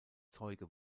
zeuge